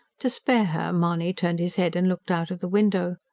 to spare her, mahony turned his head and looked out of the window.